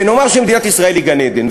נאמר שמדינת ישראל היא גן-עדן.